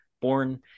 Born